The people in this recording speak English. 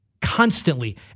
constantly